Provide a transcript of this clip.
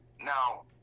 Now